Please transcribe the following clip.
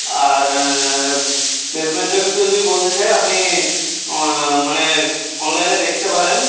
আর প্লেসমেন্টের বিষয়ে যদি বলতে চাই আপনি মানে অনলাইনে দেখতে পারেন